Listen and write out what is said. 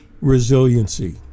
resiliency